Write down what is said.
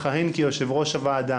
לכהן כיושב-ראש הוועדה.